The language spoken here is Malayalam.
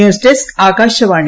ന്യൂസ്ഡെസ്ക് ആകാശവാണി